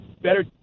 better